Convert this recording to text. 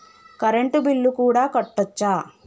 Current bill కూడా కట్టొచ్చా?